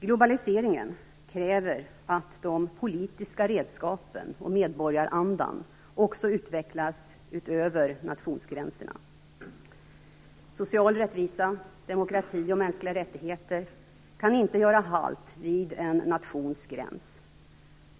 Globaliseringen kräver att de politiska redskapen och medborgarandan också utvecklas över nationsgränserna. Social rättvisa, demokrati och mänskliga rättigheter kan inte göra halt vid en nations gräns.